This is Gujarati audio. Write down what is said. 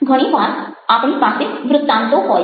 ઘણી વાર આપણી પાસે વ્રુતાંતો હોય છે